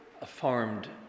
affirmed